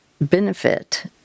benefit